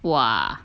!wah!